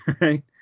right